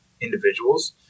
individuals